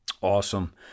Awesome